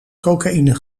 cocaïne